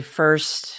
first